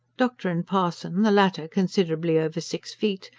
doctor and parson the latter, considerably over six feet,